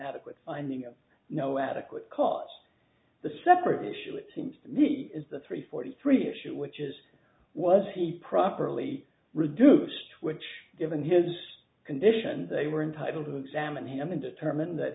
adequate finding of no adequate cause the separate issue it seems to me is the three forty three issue which is was he properly reduced which given his condition they were entitled to examine him and determine that